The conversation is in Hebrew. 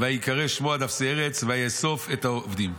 וייקרא שמו עד אפסי ארץ ויאסוף את העובדים.